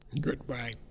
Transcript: goodbye